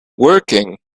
working